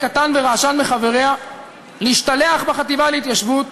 קטן ורעשן מחבריה להשתלח בחטיבה להתיישבות